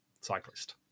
cyclist